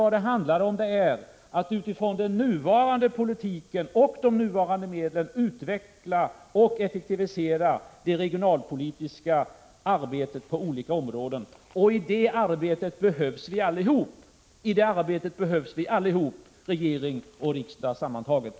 Vad det handlar om är att man utifrån — 1 april 1986 den nuvarande politiken och de nuvarande medlen utvecklar och effektiviserar det regionalpolitiska arbetet på olika områden. I det arbetet behövs vi alla — regering och riksdag sammantagna.